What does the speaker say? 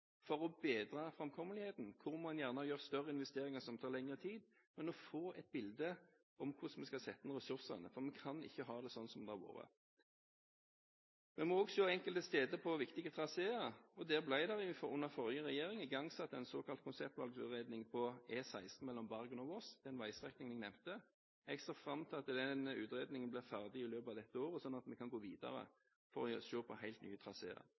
for å bedre framkommeligheten, og hvor man må gjøre større investeringer som tar lengre tid. Vi må få et bilde av hvordan vi skal sette inn ressursene, for vi kan ikke ha det slik det har vært. Vi må også enkelte steder se på viktige traséer, og under den forrige regjeringen ble det igangsatt en såkalt konseptvalgutredning for E16 mellom Bergen og Voss – den veistrekningen jeg nevnte. Jeg ser fram til at den utredningen blir ferdig i løpet av dette året, slik at vi kan gå videre for å se på helt nye